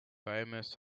famous